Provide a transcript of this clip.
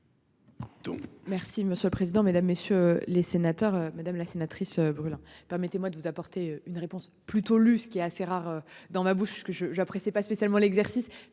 Merci monsieur le président, Mesdames, messieurs les sénateurs, madame la sénatrice brûle hein. Permettez-moi de vous apporter une réponse plutôt lu ce qui est assez rare dans ma bouche, ce que je j'apprécie pas spécialement l'exercice.